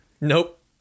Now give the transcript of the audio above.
Nope